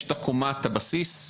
יש את קומת הבסיס.